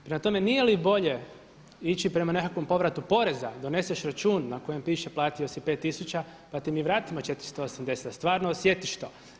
Prema tome, nije li bolje ići prema nekakvom povratu poreza, doneseš račun na kojem piše platio si 5 tisuća pa ti mi vratimo 480 stvarno osjetiš to.